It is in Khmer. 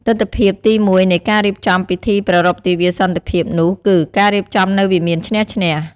ទិដ្ឋភាពទីមួយនៃការរៀបចំពិធីប្រារព្ធទិវាសន្តិភាពនោះគឺ ការរៀបចំនៅវិមានឈ្នះ-ឈ្នះ។